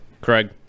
Craig